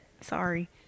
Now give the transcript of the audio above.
Sorry